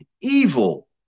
evil